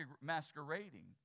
masquerading